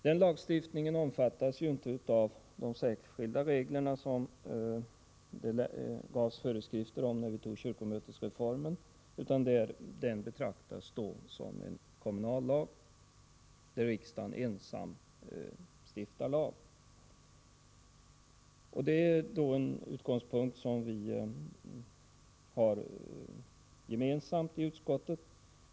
Den lagstiftningen omfattas inte av de särskilda regler som föreskrevs, när vi antog kyrkomötesreformen, utan betraktas såsom en kommunallag, där riksdagen ensam stiftar lag. Det är en utgångspunkt som vi har gemensam med utskottet.